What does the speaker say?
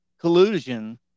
collusion